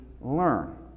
learn